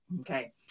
Okay